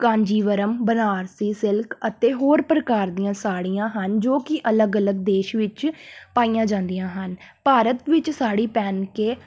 Kanjivaram Banarasi silk ਅਤੇ ਹੋਰ ਪ੍ਰਕਾਰ ਦੀਆਂ ਸਾੜੀਆਂ ਹਨ ਜੋ ਕਿ ਅਲੱਗ ਅਲੱਗ ਦੇਸ਼ ਵਿੱਚ ਪਾਈਆਂ ਜਾਂਦੀਆਂ ਹਨ ਭਾਰਤ ਵਿੱਚ ਸਾੜੀ ਪਹਿਨ ਕੇ